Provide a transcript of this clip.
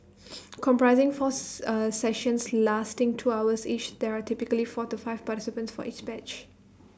comprising fourth A sessions lasting two hours each there are typically four to five participants for each batch